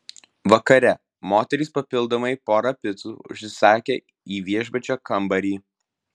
vakare moteris papildomai porą picų užsisakė į viešbučio kambarį